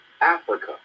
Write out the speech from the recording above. Africa